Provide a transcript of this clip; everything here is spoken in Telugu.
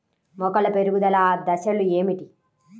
మొక్కల పెరుగుదల దశలు ఏమిటి?